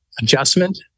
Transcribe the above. adjustment